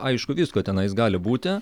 aišku visko tenais gali būti